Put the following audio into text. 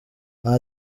nta